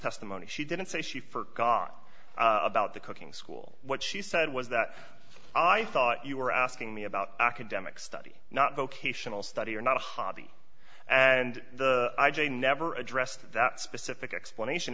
testimony she didn't say she forgot about the cooking school what she said was that i thought you were asking me about academic study not vocational study or not a hobby and the i j never addressed that specific explanation